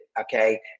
Okay